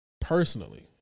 Personally